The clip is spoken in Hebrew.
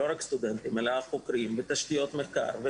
תשתיות מחקר,